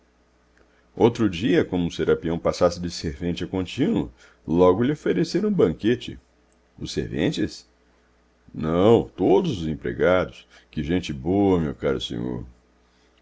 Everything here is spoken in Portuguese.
outro dia como o serapião passasse de servente a contínuo logo lhe ofereceram um banquete os serventes não todos os empregados que gente boa meu caro senhor